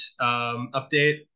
update